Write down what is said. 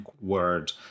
word